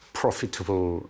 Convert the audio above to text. profitable